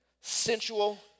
sensual